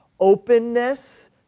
openness